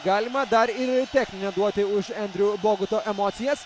galima dar ir techninę duoti už endriu boguto emocijas